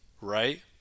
right